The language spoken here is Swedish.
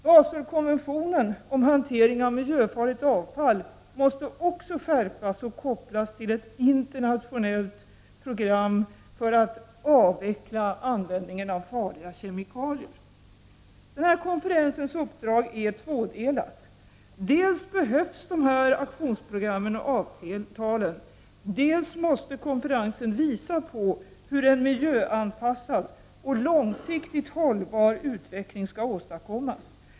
Baselkonventionen om hantering av miljöfarligt avfall måste också skärpas och kopplas till ett internationellt program för att avveckla användningen av farliga kemikalier. Konferensens uppdrag är tvådelat. Dels behövs aktionsprogrammen och avtalen, dels måste konferensen visa på hur en miljöanpassad och långsiktigt hållbar utveckling skall åstadkommas.